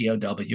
POW